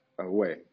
away